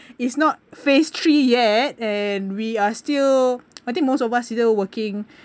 it's not phase three yet and we are still I think most of us you know working